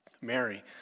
Mary